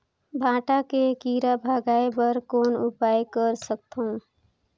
भांटा के कीरा भगाय बर कौन उपाय कर सकथव?